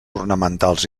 ornamentals